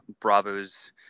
Bravo's